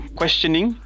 questioning